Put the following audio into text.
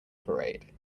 parade